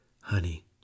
Honey